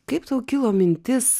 kaip tau kilo mintis